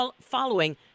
following